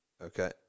okay